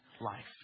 life